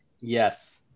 Yes